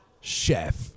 chef